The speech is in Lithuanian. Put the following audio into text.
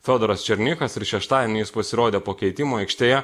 fiodoras černychas ir šeštadienį jis pasirodė po keitimo aikštėje